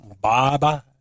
Bye-bye